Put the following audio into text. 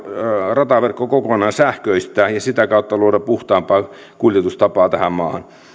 rataverkko kokonaan sähköistää ja sitä kautta luoda puhtaampaa kuljetustapaa tähän maahan